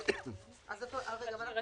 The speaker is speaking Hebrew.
בזהות עובדים, שצריך להשאיר את פרטיהם חסויים.